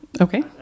Okay